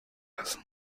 alles